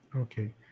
Okay